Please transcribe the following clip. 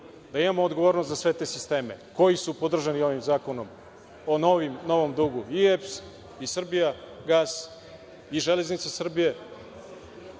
da imamo odgovornost za sve te sisteme koji su podržani ovim zakonom o novom dugu, i EPS i „Srbijagas“ i „Železnica Srbije“,